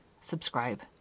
subscribe